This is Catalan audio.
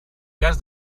cas